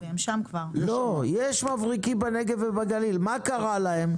יש מבריקים בנגב ובגליל, מה קרה להם?